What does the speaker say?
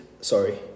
sorry